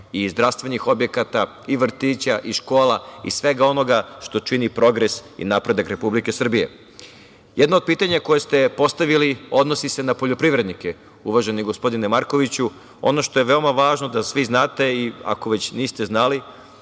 zdravstvenih objekata i vrtića i škola i svega onoga što čini progres i napredak Republike Srbije. Jedno od pitanja koje ste postavili odnosi se na poljoprivrednike, uvaženi gospodine Markoviću. Ono što je veoma važno da svi znate i ako već niste znali,